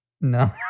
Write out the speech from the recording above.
No